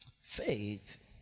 Faith